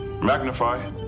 Magnify